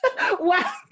Wow